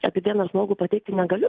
apie vieną žmogų pateikti negaliu